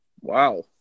Wow